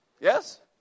Yes